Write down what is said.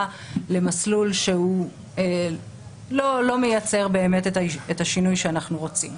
למסלול שהוא לא מייצר באמת את השינוי שאנחנו רוצים.